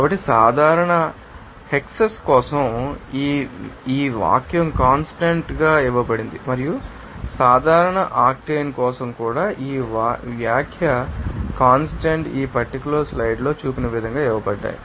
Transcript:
కాబట్టి సాధారణ హెక్సేన్ కోసం ఈ వాక్యం కాన్స్టాంట్ ఇక్కడ ఇవ్వబడింది మరియు సాధారణ ఆక్టేన్ కోసం కూడా ఈ వాక్య కాన్స్టాంట్ ఈ పట్టికలో స్లైడ్లో చూపిన విధంగా ఇవ్వబడ్డాయి